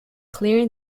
clearing